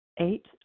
Eight